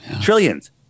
Trillions